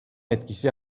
etkisi